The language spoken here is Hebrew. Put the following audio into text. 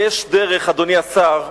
אדוני השר,